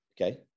Okay